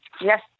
yes